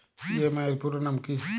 EMI এর পুরোনাম কী?